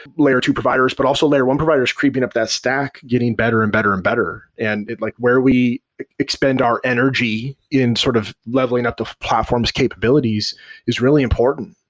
layer two providers, but also layer one providers creeping up that stack, getting better and better and better. and like where we expend our energy in sort of leveling up the platform's capabilities is really important.